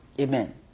Amen